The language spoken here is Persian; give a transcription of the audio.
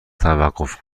توقف